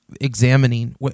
examining